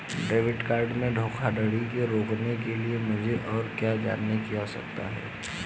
Debit card धोखाधड़ी को रोकने के लिए मुझे और क्या जानने की आवश्यकता है?